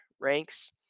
ranks